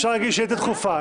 אפשר להגיש שאילתה דחופה.